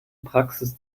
praxis